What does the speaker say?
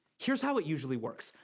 here's how it usually works.